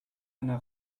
einer